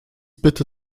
bitte